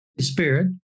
Spirit